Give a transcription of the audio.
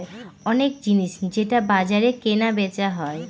অনেক জিনিস যেটা বাজারে কেনা বেচা হয়